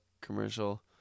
commercial